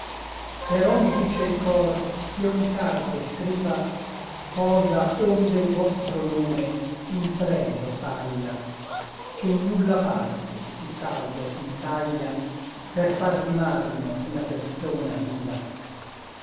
però mi dice il cor ch'io in carte scriva cosa onde l vostro nome in pregio saglia ché n nulla parte sí saldo s'intaglia per far di marmo una persona viva